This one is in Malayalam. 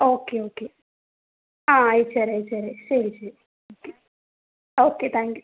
ഓക്കെ ഓക്കെ ആ അയച്ചെരാം അയച്ചെരാം ശരി ശരി ഓക്കെ ഓക്കെ താങ്ക് യൂ